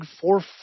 four